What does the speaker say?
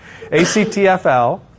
ACTFL